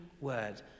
word